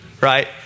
right